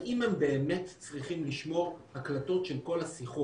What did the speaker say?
האם הם באמת צריכים לשמור הקלטות של כל השיחות?